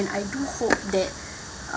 and I do hope that uh